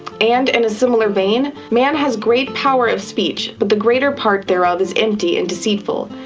and in a similar vein, man has great power of speech, but the greater part thereof is empty and deceitful.